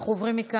נעבור להצעה